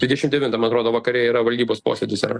dvidešim devintą man atrodo vakare yra valdybos posėdis ar